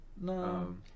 No